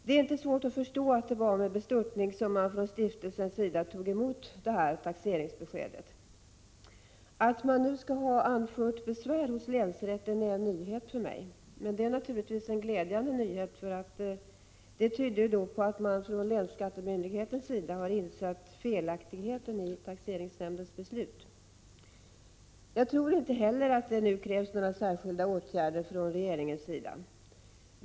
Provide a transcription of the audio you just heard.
Det är inte svårt att förstå att det var med bestörtning som stiftelsen tog emot taxeringsbeskedet. Att man nu skall ha anfört besvär hos länsrätten är en nyhet för mig, men det är naturligtvis en glädjande nyhet, eftersom det tyder på att länsskattemyndigheten har insett felaktigheten i taxeringsnämndens beslut. Jag tror inte heller att det nu krävs några särskilda åtgärder från regeringens sida.